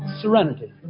serenity